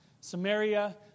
Samaria